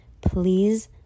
Please